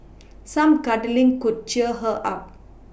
some cuddling could cheer her up